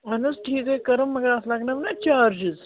اہن حظ ٹھیٖک ہے کٔرم مگر اتھ لگنو نہ چارجز